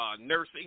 nursing